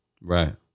Right